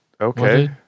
Okay